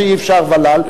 שאי-אפשר ול"ל,